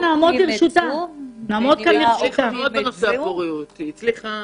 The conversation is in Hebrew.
היא מאוד הצליחה